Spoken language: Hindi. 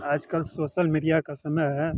आज कल सोसल मीडिया का समय है